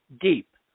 deep